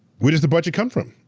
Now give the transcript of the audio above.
where does the budget come from?